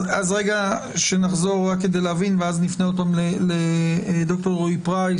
אז הבית הזה כנראה שמייצג בסוף את הציבור הישראלי,